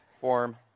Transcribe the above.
form